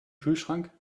kühlschrank